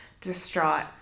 distraught